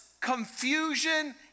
confusion